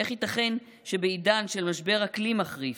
איך ייתכן שבעידן של משבר אקלים מחריף,